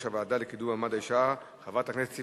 ועדת העבודה והרווחה, אז נלך לוועדת הכנסת.